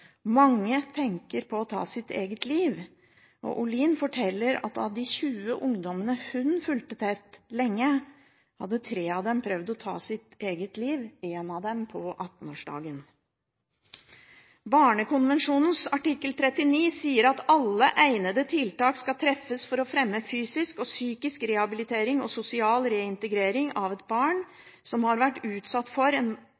Mange tenker på å ta sitt eget liv. Olin forteller at av de 20 ungdommene hun fulgte tett lenge, hadde tre prøvd å ta sitt eget liv, én på 18-årsdagen. Barnekonvensjonen artikkel 39 sier at alle egnede tiltak skal treffes «for å fremme fysisk og psykisk rehabilitering og sosial reintegrering av et